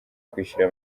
kwishyura